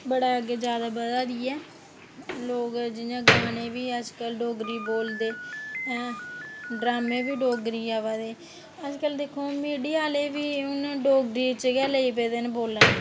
बड़ा अग्गै जादै बधा दी ऐ लोग जियां अजकल गाने बी डोगरी बोलदे ऐं ड्रामें बी डोगरी आवा दे हून दिक्खो मीडिया आह्ले बी डोगरी च लग्गे दे बोलना